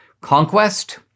conquest